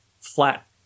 flat